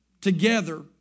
together